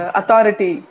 authority